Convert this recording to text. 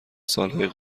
سالهای